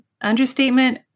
understatement